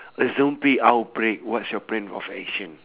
a zombie outbreak what's your plan of action